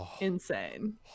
insane